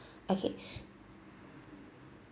okay